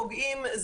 פוגעים,